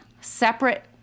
separate